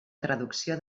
traducció